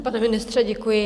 Pane ministře, děkuji.